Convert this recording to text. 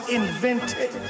invented